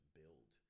build